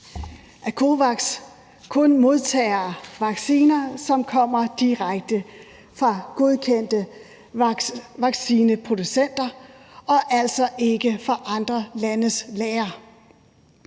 COVAX kun modtager vacciner, som kommer direkte fra godkendte vaccineproducenter og altså ikke fra andre landes lagre.